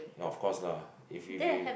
ya of course lah if if if